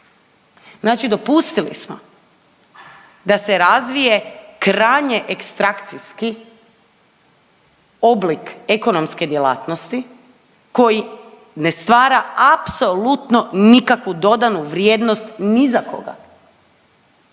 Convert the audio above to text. Znači dopustili smo da se razvije krajnje ekstrakcijski oblik ekonomske djelatnosti koji ne stvara apsolutno nikakvu dodanu vrijednost ni za koga.